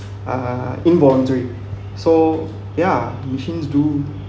uh involuntary so ya you hints to